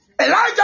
Elijah